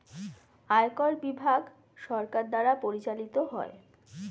আয়কর বিভাগ সরকার দ্বারা পরিচালিত হয়